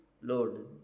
Load